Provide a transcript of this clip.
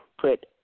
put